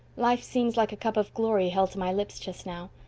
life seems like a cup of glory held to my lips just now.